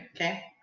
okay